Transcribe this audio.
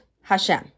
Hashem